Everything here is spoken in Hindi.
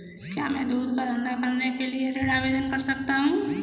क्या मैं दूध का धंधा करने के लिए ऋण आवेदन कर सकता हूँ?